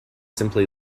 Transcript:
simply